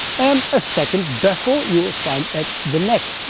and a second baffle you will find at the neck,